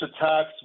attacks